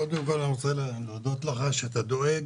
אני קודם כל רוצה להודות לך על שאתה דואג